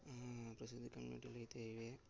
ప్రసిద్ధి చెందినాటివైతే ఇవే